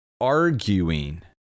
arguing